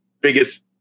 biggest